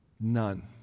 None